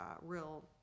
real